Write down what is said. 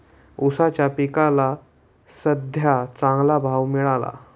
ऊसाच्या पिकाला सद्ध्या चांगला भाव मिळाला